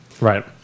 Right